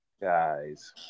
guys